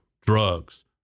drugs